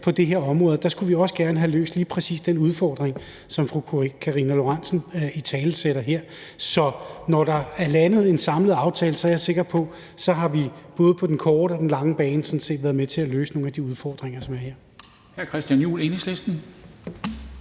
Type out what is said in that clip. på det her område, og der skulle vi også gerne have løst lige præcis den udfordring, som fru Karina Lorentzen Dehnhardt italesætter her. Så når der er landet en samlet aftale, er jeg sikker på, at vi både på den korte og den lange bane sådan set har været med til at løse nogle af de udfordringer, som er her.